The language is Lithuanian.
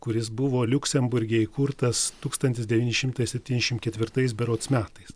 kuris buvo liuksemburge įkurtas tūkstantis devyni šimtai septyniasdešimtais ketvirtais berods metais